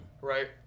right